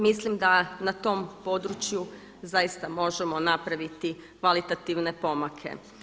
Mislim da na tom području zaista možemo napraviti kvalitativne pomake.